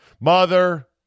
Mother